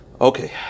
Okay